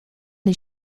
les